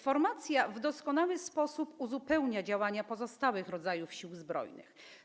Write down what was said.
Formacja w doskonały sposób uzupełnia działania pozostałych rodzajów Sił Zbrojnych.